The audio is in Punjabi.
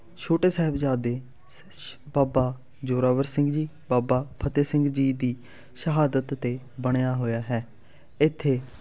ਛੋਟੇ ਸਾਹਿਬਜ਼ਾਦੇ ਸ ਸ਼ ਬਾਬਾ ਜ਼ੋਰਾਵਰ ਸਿੰਘ ਜੀ ਬਾਬਾ ਫਤਿਹ ਸਿੰਘ ਜੀ ਦੀ ਸ਼ਹਾਦਤ 'ਤੇ ਬਣਿਆ ਹੋਇਆ ਹੈ ਇੱਥੇ